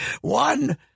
One